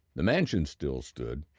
the mansions still stood,